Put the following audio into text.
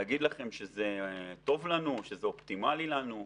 להגיד לכם שזה טוב לנו, שזה אופטימלי לנו?